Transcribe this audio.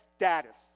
status